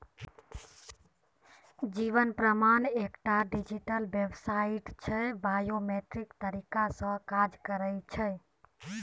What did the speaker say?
जीबन प्रमाण एकटा डिजीटल बेबसाइट छै बायोमेट्रिक तरीका सँ काज करय छै